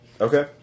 Okay